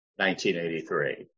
1983